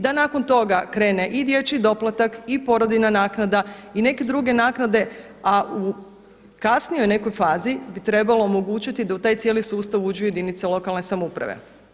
Da nakon toga krene i dječji doplatak i porodiljna naknada i neke druge naknade, a u kasnijoj nekoj fazi bi trebalo omogućiti da u taj cijeli sustav uđu jedinice lokalne samouprave.